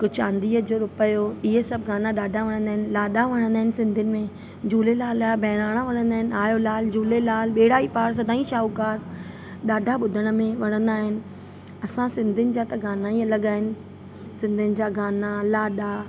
हिकु चांदीअ जो रुपयो इहे सभु गाना ॾाढा वणंदा आहिनि लाॾा वणंदा आहिनि सिंधियुनि में झूलेलाल जा बहिराणा वणंदा आहिनि आयो लाल झूलेलाल ॿेड़ा ई पार सदाईं शाहूकार ॾाढा ॿुधण में वणंदा आहिनि असां सिंधियुनि जा त गाना ई अलॻि आहिनि सिंधियुनि जा गाना लाॾा